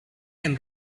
and